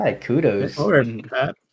Kudos